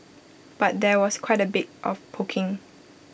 but there was quite A bit of poking